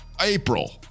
April